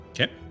Okay